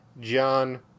john